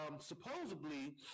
supposedly